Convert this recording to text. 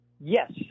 Yes